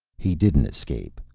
he didn't escape,